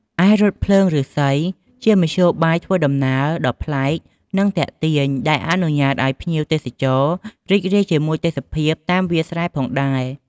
ឯរថភ្លើងឫស្សី ជាមធ្យោបាយធ្វើដំណើរដ៏ប្លែក និងទាក់ទាញ ដែលអនុញ្ញាតឲ្យភ្ញៀវទេសចររីករាយជាមួយទេសភាពតាមវាលស្រែផងដែរ។